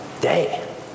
day